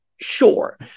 Sure